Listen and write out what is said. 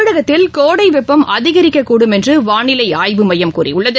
தமிழகத்தில் கோடைவெப்பம் அதிகரிக்கக்கூடும் என்றுவானிலைஆய்வு மையம் கூறியுள்ளது